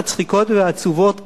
מצחיקות ועצובות כאחד,